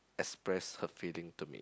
express her feeling to me